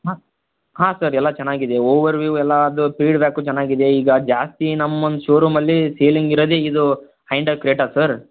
ಹಾಂ ಹಾಂ ಸರ್ ಎಲ್ಲ ಚೆನ್ನಾಗಿದೆ ಓವರ್ವ್ಯೂವ್ ಎಲ್ಲ ಅದು ಫೀಡ್ಬ್ಯಾಕು ಚೆನ್ನಾಗಿದೆ ಈಗ ಜಾಸ್ತಿ ನಮ್ಮ ಒಂದು ಶೋರೂಮಲ್ಲಿ ಸೇಲಿಂಗ್ ಇರೋದೇ ಇದು ಹೈಂಡಾಯ್ ಕ್ರೇಟ ಸರ್